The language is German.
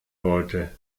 wollte